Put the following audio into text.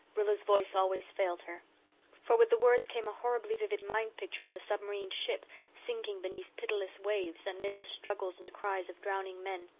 rilla's voice always failed her for with the words came a horribly vivid mind picture of a submarined ship sinking beneath pitiless waves and amid the struggles and cries of drowning men.